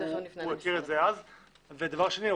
דבר שני,